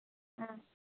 ꯎꯝ